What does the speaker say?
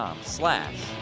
slash